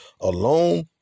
alone